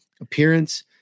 appearance